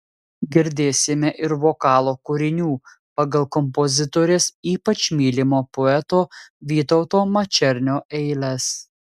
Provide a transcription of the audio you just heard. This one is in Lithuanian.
girdėsime ir vokalo kūrinių pagal kompozitorės ypač mylimo poeto vytauto mačernio eiles